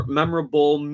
memorable